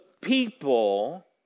people